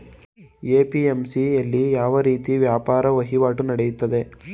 APMC ಯಲ್ಲಿ ಯಾವ ರೀತಿ ವ್ಯಾಪಾರ ವಹಿವಾಟು ನೆಡೆಯುತ್ತದೆ?